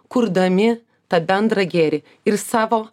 kurdami tą bendrą gėrį ir savo